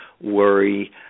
worry